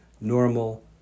Normal